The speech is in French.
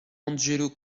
angelo